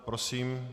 Prosím.